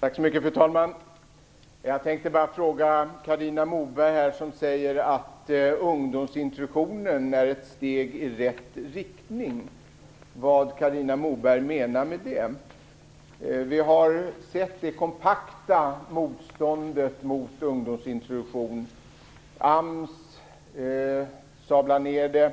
Fru talman! Jag tänkte bara fråga vad Carina Moberg menar när hon säger att ungdomsintroduktionen är ett steg i rätt riktning. Vi har sett det kompakta motståndet mot ungdomsintroduktion. AMS sablar ned den.